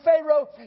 Pharaoh